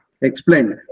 explained